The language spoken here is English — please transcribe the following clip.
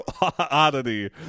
oddity